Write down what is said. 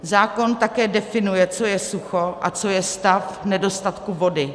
Zákon také definuje, co je sucho a co je stav nedostatku vody.